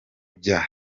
bya